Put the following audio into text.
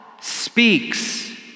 speaks